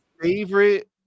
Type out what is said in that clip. favorite